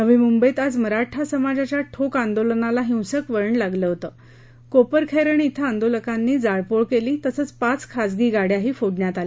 नवी मुंबईत आज मराठा समाजाच्या ठोक आंदोलनाला हिंसक वळण लागले कोपरखैरणे िं आंदोलकांनी जाळपोळ केली तसंच पाच खाजगी गाड्याही फोडण्यात आल्या